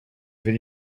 fait